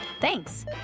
Thanks